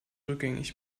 rückgängig